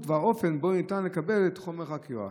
והאופן שבהם ניתן לקבל את חומר החקירה?